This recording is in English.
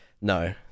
No